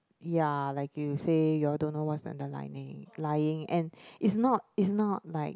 ya like you say you all don't know what's underlining lying and it's not it's not like